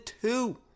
two